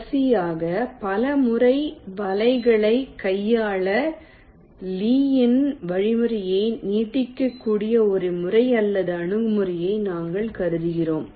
கடைசியாக பல முறை வலைகளைக் கையாள லீயின் வழிமுறையை நீட்டிக்கக்கூடிய ஒரு முறை அல்லது அணுகுமுறையை நாங்கள் கருதுகிறோம்